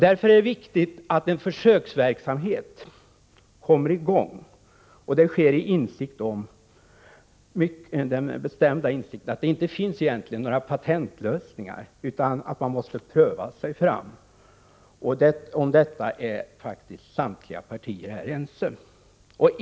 Därför är det viktigt att en försöksverksamhet kommer i gång. Förslaget härom framläggs därför att man har den bestämda insikten att det egentligen inte finns några patentlösningar. Man måste pröva sig fram. Samtliga partier är faktiskt ense om detta.